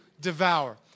devour